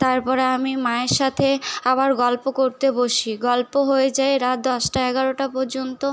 তারপরে আমি মায়ের সাথে আবার গল্প করতে বসি গল্প হয়ে যায় রাত দশটা এগারোটা পর্যন্ত